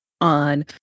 on